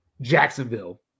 Jacksonville